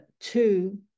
two